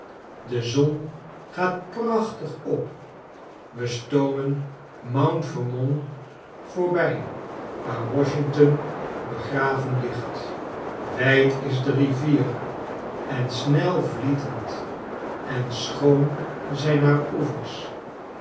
de zon gaat prachtig op we stoomen mount vernon voorbij waar washington begraven ligt wijd is de rivier en snelvlietend en schoon zijn haar oevers